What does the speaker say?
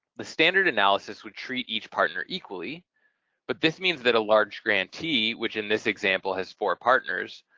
the standard analysis would treat each partner equally but this means that a large grantee, which in this example has four partners,